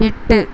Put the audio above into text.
எட்டு